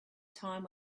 time